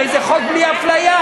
הרי זה חוק בלי אפליה.